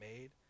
made